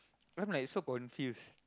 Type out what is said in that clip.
I'm like so confused